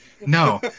No